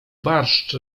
barszcz